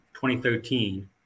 2013